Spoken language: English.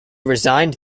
resigned